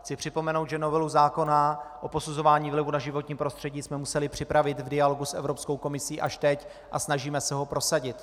Chci připomenout, že novelu zákona o posuzováni vlivu na životní prostředí jsme museli připravit v dialogu s Evropskou komisí až teď, a snažíme se ho prosadit.